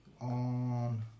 On